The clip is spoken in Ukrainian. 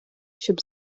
щоб